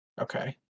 Okay